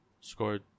scored